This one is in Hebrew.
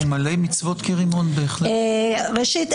ראשית,